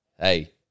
hey